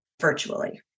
virtually